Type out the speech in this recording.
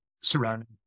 surrounding